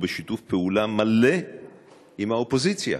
ובשיתוף פעולה מלא עם האופוזיציה,